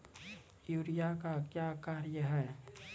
Urea का क्या कार्य हैं?